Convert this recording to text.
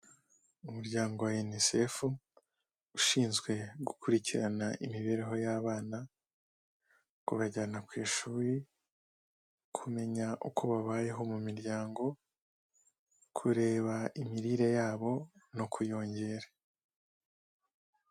Umuryango wa Unicef, ushinzwe gukurikirana imibereho y'abana, kubajyana ku ishuri, kumenya uko babayeho mu miryango, kureba imirire yabo no kuyongera.